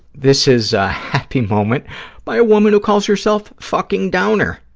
this is a happy moment by a woman who calls herself fucking downer.